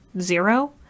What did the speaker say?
zero